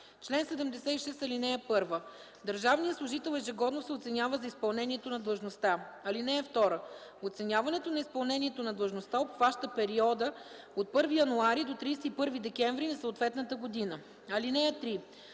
Чл. 76. (1) Държавният служител ежегодно се оценява за изпълнението на длъжността. (2) Оценяването на изпълнението на длъжността обхваща периода от 1 януари до 31 декември на съответната година. (3)